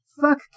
Fuck